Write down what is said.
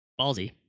Ballsy